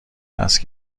وصل